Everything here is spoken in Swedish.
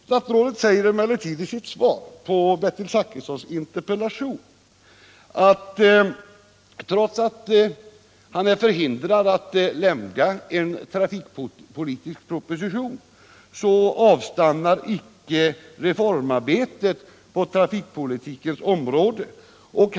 Statsrådet säger emellertid i sitt svar på Bertil Zachrissons interpellation att trots att han är förhindrad att framlägga en samlad trafikpolitisk proposition, så avstannar icke reformarbetet på trafikpolitikens område.